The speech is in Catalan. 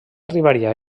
arribaria